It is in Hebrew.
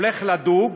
הולך לדוג,